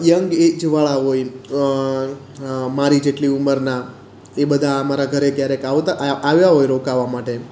young age વાળા હોય મારી જેટલી ઉંમરના એ બધા અમારા ઘરે ક્યારેક આવતા આવ્યા હોય રોકાવા માટે